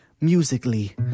musically